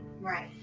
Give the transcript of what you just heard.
Right